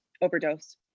overdose